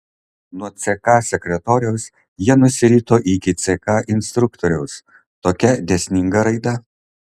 nuo ck sekretoriaus jie nusirito iki ck instruktoriaus tokia dėsninga raida